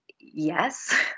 Yes